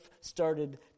started